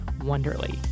Wonderly